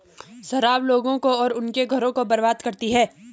शराब लोगों को और उनके घरों को बर्बाद करती है